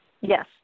Yes